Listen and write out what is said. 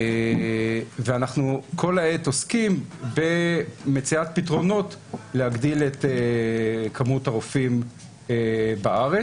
ואנחנו כל העת עוסקים במציאת פתרונות להגדיל את כמות הרופאים בארץ.